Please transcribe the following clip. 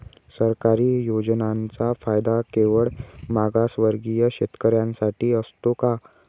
सरकारी योजनांचा फायदा केवळ मागासवर्गीय शेतकऱ्यांसाठीच असतो का?